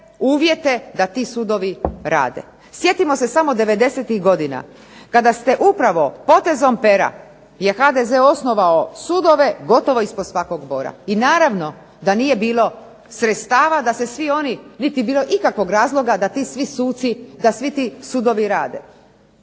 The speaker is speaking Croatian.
uvjete da ti sudovi rade. Sjetimo se samo 90-ih godina, kada ste upravo potezom pera je HDZ osnovao sudove, gotovo ispod svakog bora, i naravno da nije bilo sredstava, da se svi oni, niti bilo ikakvog razloga da ti svi suci, da svi ti sudovi rade.